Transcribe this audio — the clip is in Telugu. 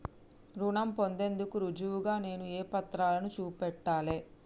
రుణం పొందేందుకు రుజువుగా నేను ఏ పత్రాలను చూపెట్టాలె?